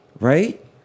Right